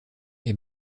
est